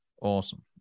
Awesome